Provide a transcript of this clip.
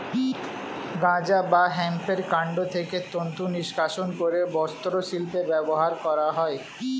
গাঁজা বা হেম্পের কান্ড থেকে তন্তু নিষ্কাশণ করে বস্ত্রশিল্পে ব্যবহার করা হয়